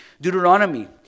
Deuteronomy